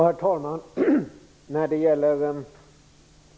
Herr talman!